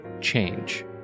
Change